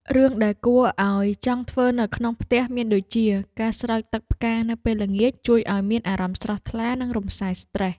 រឿងដែលគួរឲ្យចង់ធ្វើនៅក្នុងផ្ទះមានដូចជា ការស្រោចទឹកផ្កានៅពេលល្ងាច ជួយឱ្យមានអារម្មណ៍ស្រស់ថ្លា និងរំសាយស្រ្តេស។